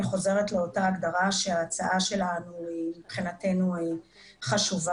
אני חוזרת לאותה הגדרה שההצעה שלנו מבחינתנו היא חשובה